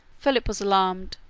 philip was alarmed.